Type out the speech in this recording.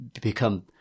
become